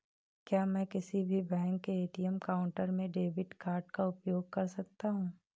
क्या मैं किसी भी बैंक के ए.टी.एम काउंटर में डेबिट कार्ड का उपयोग कर सकता हूं?